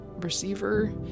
receiver